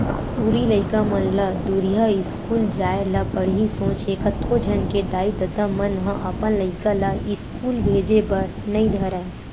टूरी लइका मन ला दूरिहा इस्कूल जाय ल पड़ही सोच के कतको झन के दाई ददा मन ह अपन लइका ला इस्कूल भेजे बर नइ धरय